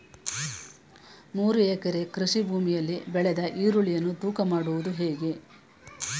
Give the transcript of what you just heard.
ಮೂರು ಎಕರೆ ಕೃಷಿ ಭೂಮಿಯಲ್ಲಿ ಬೆಳೆದ ಈರುಳ್ಳಿಯನ್ನು ತೂಕ ಮಾಡುವುದು ಹೇಗೆ?